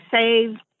saved